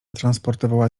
transportowała